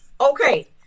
Okay